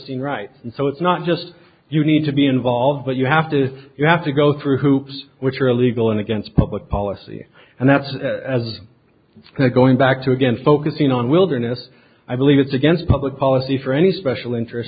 existing right and so it's not just you need to be involved but you have to you have to go through hoops which are legal and against public policy and that's as going back to again focusing on wilderness i believe it's against public policy for any special interest